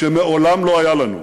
שמעולם לא היה לנו.